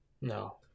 no